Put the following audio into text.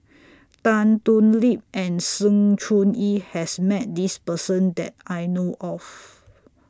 Tan Thoon Lip and Sng Choon Yee has Met This Person that I know of